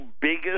biggest